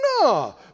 No